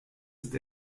ist